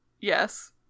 Yes